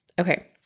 Okay